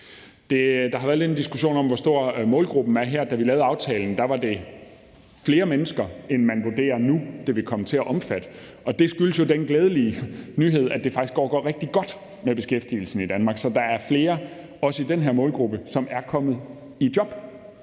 Der har lidt været en diskussion om, hvor stor målgruppen her er. Da vi lavede aftalen, var det flere mennesker, end man vurderer nu at det vil komme til at omfatte, og det skyldes jo den glædelige nyhed, at det faktisk går rigtig godt med beskæftigelsen i Danmark. Så der er flere også i den her målgruppe, som er kommet i job.